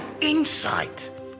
insight